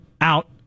out